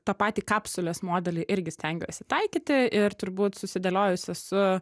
tą patį kapsulės modelį irgi stengiuosi taikyti ir turbūt susidėliojus esu